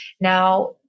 Now